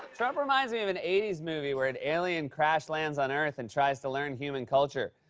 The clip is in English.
trump reminds me of an eighty s movie where an alien crash lands on earth and tries to learn human culture.